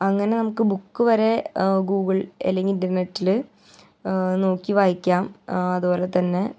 അങ്ങനെ നമുക്ക് ബുക്ക് വരെ ഗൂഗിളിൽ അല്ലെങ്കിൽ ഇൻറ്റർനെറ്റിൽ നോക്കി വായിക്കാം അത്പോലെ തന്നെ